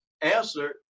answer